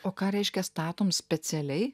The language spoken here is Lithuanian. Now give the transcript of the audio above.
o ką reiškia statom specialiai